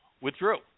withdrew